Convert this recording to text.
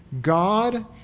God